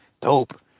Dope